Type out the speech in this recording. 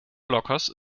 blockers